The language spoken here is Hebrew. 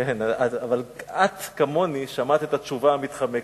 כן, אבל את כמוני שמעת את התשובה המתחמקת,